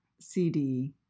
CD